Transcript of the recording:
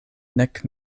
nek